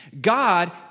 God